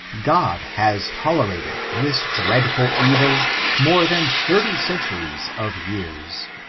god has tolerated this dreadful evil more than thirty centuries of years.